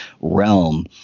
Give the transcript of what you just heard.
realm